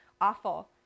awful